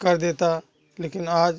कर देता लेकिन आज